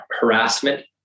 harassment